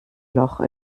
loch